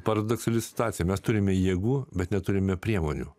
paradoksali situacija mes turime jėgų bet neturime priemonių